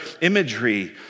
imagery